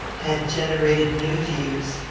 had generated new views.